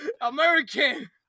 American